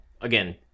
again